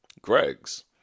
greg's